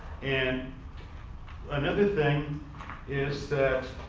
and another thing is that